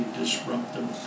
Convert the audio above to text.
disruptive